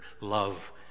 love